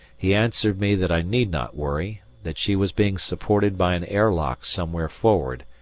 he answered me that i need not worry, that she was being supported by an air lock somewhere forward,